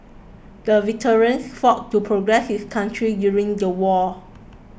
the veteran fought to protect his country during the war